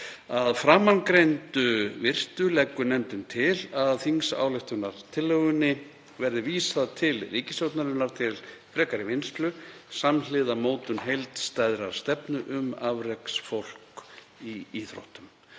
Að framangreindu virtu leggur nefndin til að þingsályktunartillögunni verði vísað til ríkisstjórnarinnar til frekari vinnslu samhliða mótun heildstæðrar stefnu um afreksfólk í íþróttum.